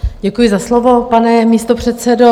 Děkuji za slovo, pane místopředsedo.